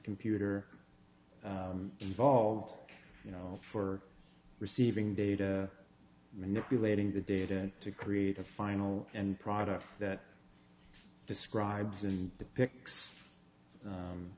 computer involved you know for receiving data manipulating the data to create a final end product that describes in the pics